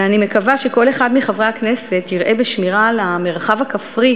ואני מקווה שכל אחד מחברי הכנסת יראה בשמירה על המרחב הכפרי